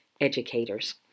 educators